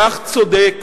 כך צודק,